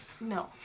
No